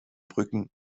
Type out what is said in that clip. brücken